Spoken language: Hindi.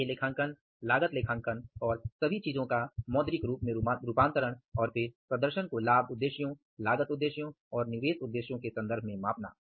वित्तीय लेखांकन लागत लेखांकन और सभी चीजों का मौद्रिक रूप में रूपांतरण और फिर प्रदर्शन को लाभ उद्देश्यों लागत उद्देश्यों और निवेश उद्देश्यों के सन्दर्भ में मापना